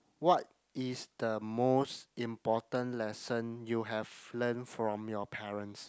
what is the most important lesson you have learnt from your parents